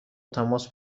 تماس